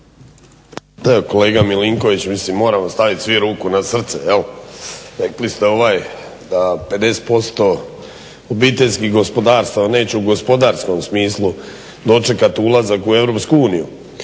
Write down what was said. Kolega Milinković mislim moramo stavit svi ruku na srce. Rekli ste ovaj da 50% obiteljskih gospodarstava neće u gospodarskom smislu dočekat ulazak u EU.